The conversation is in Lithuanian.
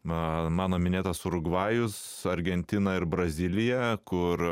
man mano minėtas urugvajus argentina ir brazilija kur